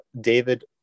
David